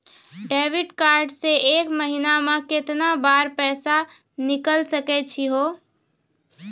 Debit card से एक महीना मा केतना बार पैसा निकल सकै छि हो?